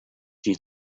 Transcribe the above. die